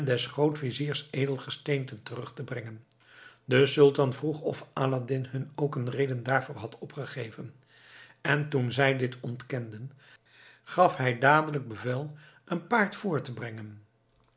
des grootviziers edelgesteenten terug te brengen de sultan vroeg of aladdin hun ook een reden daarvoor had opgegeven en toen zij dit ontkenden gaf hij dadelijk bevel een paard voor te brengen